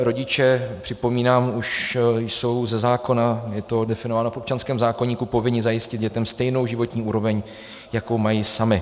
Rodiče, připomínám, už jsou ze zákona je to definováno v občanském zákoníku povinni zajistit dětem stejnou životní úroveň, jakou mají sami.